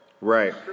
Right